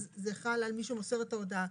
זה חל על מי שמוסר את ההודעה.